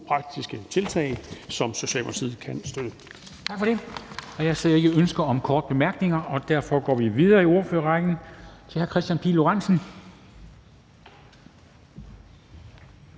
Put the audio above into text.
praktiske tiltag, som Socialdemokratiet kan støtte.